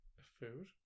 food